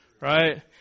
right